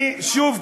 אני שוב,